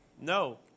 No